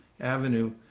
Avenue